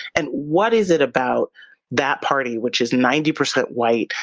and what is it about that party, which is ninety percent white,